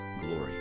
glory